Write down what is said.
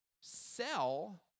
sell